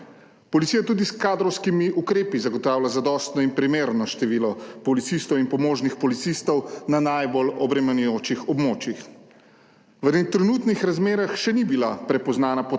Policija tudi s kadrovskimi ukrepi zagotavlja zadostno in primerno število policistov in pomožnih policistov na najbolj obremenjujočih območjih. V trenutnih razmerah še ni bila prepoznana potreba